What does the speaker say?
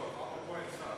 למה פה אין שר?